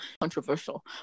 controversial